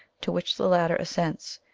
to which the latter assents.